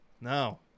No